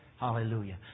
Hallelujah